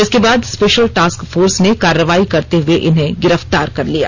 इसके बाद special task force ने कार्रवाई करते हुए इन्हें गिरफ्तार कर लिया